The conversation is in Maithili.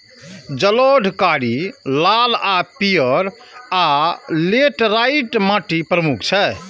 जलोढ़, कारी, लाल आ पीयर, आ लेटराइट माटि प्रमुख छै